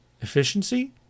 efficiency